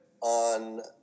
on